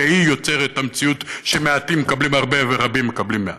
שיוצרת את המציאות שמעטים מקבלים הרבה ורבים מקבלים מעט.